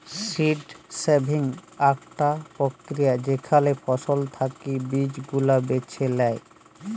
seed saving আকটা প্রক্রিয়া যেখালে ফসল থাকি বীজ গুলা বেছে লেয়